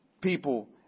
people